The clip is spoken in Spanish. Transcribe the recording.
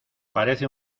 parece